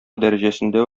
дәрәҗәсендә